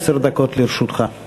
איסור הפליה בשל שירות צבאי),